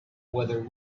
whether